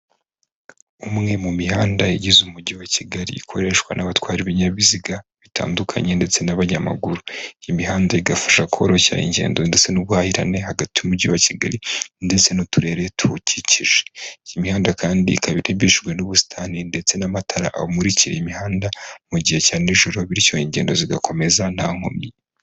Umwe mu mihanda igize umujyi wa Kigali ikoreshwa n'abatwara ibinyabiziga bitandukanye ndetse n'abanyamaguru. Iyi mihanda igafasha koroshya ingendo ndetse n'ubuhahirane hagati y'umujyi wa Kigali ndetse n'uturere tuwukikije. Iyi mihanda kandi ikaba irimbishijwe n'ubusitani ndetse n'amatara amurikira imihanda mu gihe cya nijoro bityo ingendo zigakomeza nta nkomyi.